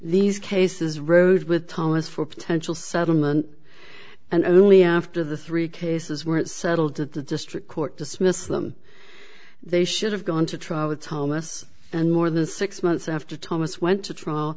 these cases rode with thomas for potential settlement and only after the three cases were settled that the district court dismissed them they should have gone to trial with thomas and more than six months after thomas went to trial